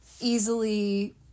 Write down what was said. easily